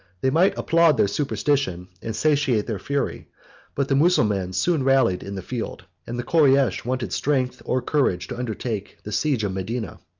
they might applaud their superstition, and satiate their fury but the mussulmans soon rallied in the field, and the koreish wanted strength or courage to undertake the siege of medina.